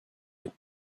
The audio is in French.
tôt